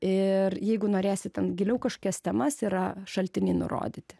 ir jeigu norėsit ten giliau kažkokias temas yra šaltiniai nurodyti